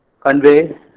convey